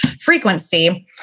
frequency